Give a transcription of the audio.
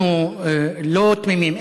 אנחנו לא תמימים,